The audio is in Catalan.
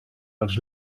els